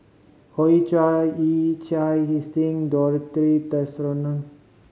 Hoey Choo Yee Chia Dorothy